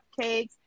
cupcakes